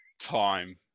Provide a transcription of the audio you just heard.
time